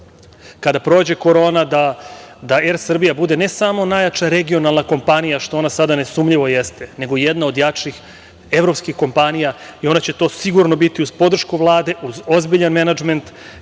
kada prođe korona da „Er Srbija“ bude ne samo najjača regionalna kompanija, što ona sada nesumnjivo jeste, nego jedna od jačih evropskih kompanija i ona će to sigurno biti uz podršku Vlade, uz ozbiljan menadžment.